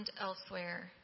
elsewhere